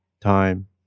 time